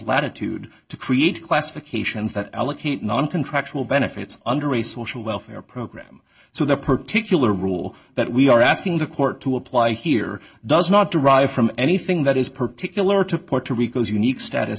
latitude to create classifications that allocate non contractual benefits under a social welfare program so the particular rule that we are asking the court to apply here does not derive from anything that is particular to puerto rico's unique status